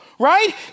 right